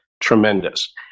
Tremendous